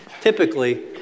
typically